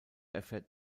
erfährt